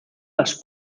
las